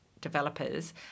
developers